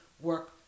work